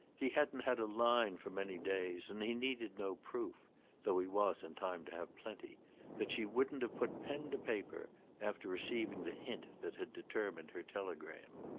he hadn't had a line for many days, and he needed no proof though he was, in time, to have plenty that she wouldn't have put pen to paper after receiving the hint that had determined her telegram.